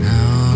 Now